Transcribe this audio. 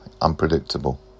unpredictable